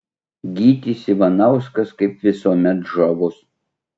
gytis ivanauskas kaip visuomet žavus